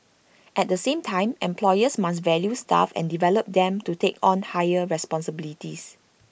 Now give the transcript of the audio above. at the same time employers must value staff and develop them to take on higher responsibilities